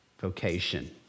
vocation